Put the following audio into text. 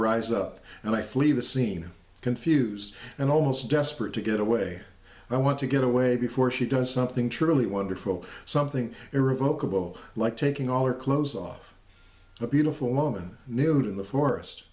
rise up and i flee the scene confused and almost desperate to get away i want to get away before she does something truly wonderful something irrevocably oh like taking all her clothes off a beautiful woman nude in the forest